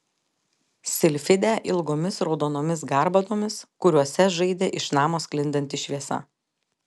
silfidę ilgomis raudonomis garbanomis kuriuose žaidė iš namo sklindanti šviesa